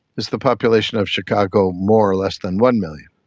is the population of chicago more or less than one million?